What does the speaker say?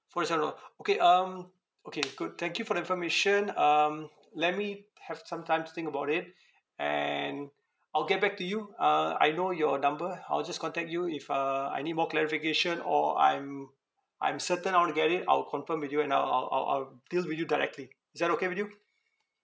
forty seven one okay um okay good thank you for the information um let me have some times to think about it and I'll get back to you uh I know your number I will just contact you if uh I need more clarification or I'm I'm certain I want to get it I'll confirm with you and I'll I'll I'll I'll deal with you directly is that okay with you